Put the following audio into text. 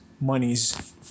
monies